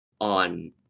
on